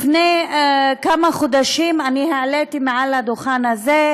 לפני כמה חודשים העליתי מעל הדוכן הזה,